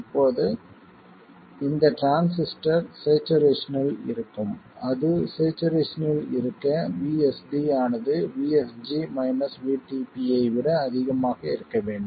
இப்போது இந்த டிரான்சிஸ்டர் ஸ்சேச்சுரேஷனில் இருக்கும் அது ஸ்சேச்சுரேஷனில் இருக்க VSD ஆனது VSG VTP ஐ விட அதிகமாக இருக்க வேண்டும்